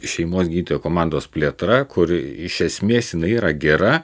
šeimos gydytojų komandos plėtra kuri iš esmės jinai yra gera